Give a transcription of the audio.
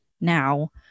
now